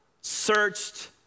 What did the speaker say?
searched